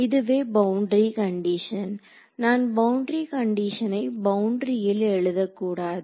இதுவே boundary condition நான் boundary கண்டிஷனை பவுண்டரியில் எழுதக்கூடாது